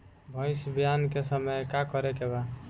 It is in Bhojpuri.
भैंस ब्यान के समय का करेके बा?